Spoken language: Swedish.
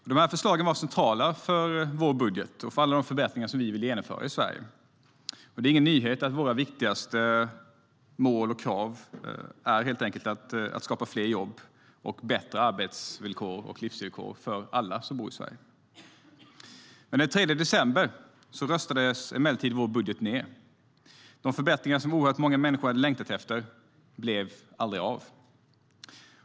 Dessa förslag var centrala för vår budget och för alla de förbättringar som vi ville genomföra i Sverige. Det är ingen nyhet att våra viktigaste mål och krav helt enkelt handlar om att skapa fler jobb och bättre arbets och livsvillkor för alla som bor i Sverige.Den 3 december röstades emellertid vår budget ned. De förbättringar som oerhört många människor hade längtat efter blev aldrig av.